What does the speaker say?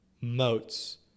moats